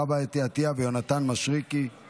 חוה אתי עטייה ויונתן מישרקי.